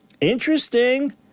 Interesting